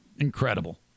incredible